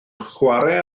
chwarae